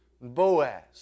Boaz